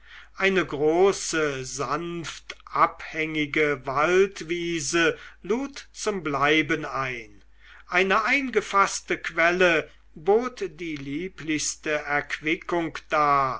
eine große sanft abhängige waldwiese lud zum bleiben ein eine eingefaßte quelle bot die lieblichste erquickung dar